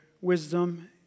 wisdom